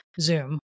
Zoom